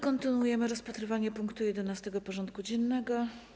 Kontynuujemy rozpatrywanie punktu 11. porządku dziennego.